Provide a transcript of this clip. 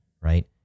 right